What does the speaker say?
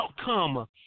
outcome